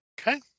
Okay